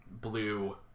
blue